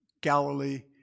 Galilee